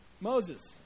Moses